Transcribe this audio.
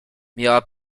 miała